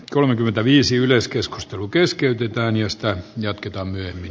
kolmekymmentäviisi yleiskeskustelu keskeytetään josta jatketaan myöhemmin